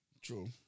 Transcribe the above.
True